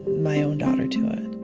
my own daughter to it.